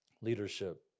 leadership